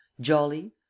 jolly